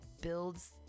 builds